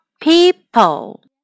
people